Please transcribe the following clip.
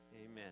amen